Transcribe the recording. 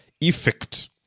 effect